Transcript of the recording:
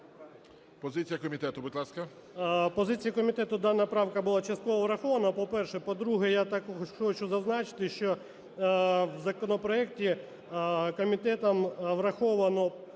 Позиція комітету, будь ласка.